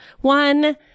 one